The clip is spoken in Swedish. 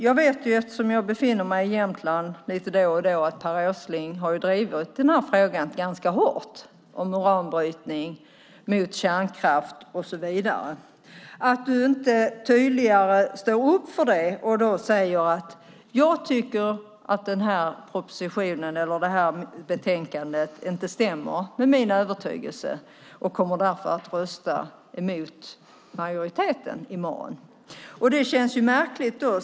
Jag vet ju, eftersom jag befinner mig i Jämtland lite då och då, att Per Åsling ganska hårt har drivit frågan om uranbrytning, mot kärnkraft och så vidare. Att du inte tydligare står upp för det och säger: Jag tycker att den här propositionen eller det här betänkandet inte stämmer med min övertygelse och kommer därför att rösta emot majoriteten i morgon. Det känns ju märkligt.